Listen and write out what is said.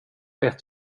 ett